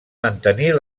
mantenir